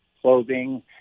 clothing